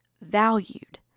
valued